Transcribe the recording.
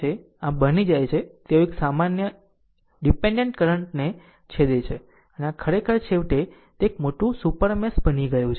આમ બની જાય છે તેઓ એક સામાન્ય ડીપેન્ડેન્ટ કરંટ ને છેદે છે અને આ ખરેખર છેવટે તે એક મોટું સુપર મેશ બની ગયું છે